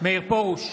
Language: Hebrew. מאיר פרוש,